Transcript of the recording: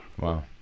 Wow